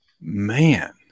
Man